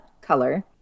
color